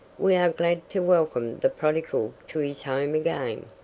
we are glad to welcome the prodigal to his home again.